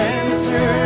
answer